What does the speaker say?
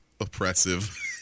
oppressive